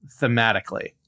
thematically